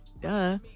Duh